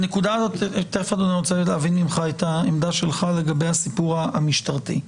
תכף ארצה להבין ממך את העמדה שלך לגבי הסיפור המשטרתי,